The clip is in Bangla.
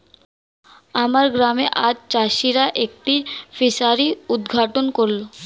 আমার গ্রামে আজ চাষিরা একটি ফিসারি উদ্ঘাটন করল